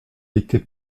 été